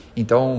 então